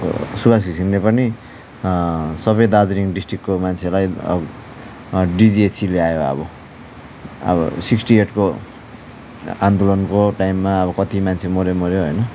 सुभाष घिसिङले पनि सबै दार्जिलिङ डिस्ट्रिक्टको मान्छेहरूलाई अब डिजिएचसी ल्यायो अब अब सिक्टी एटको आन्दोलनको टाइममा अब कति मान्छै मर्यो मर्यो होइन